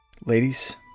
Ladies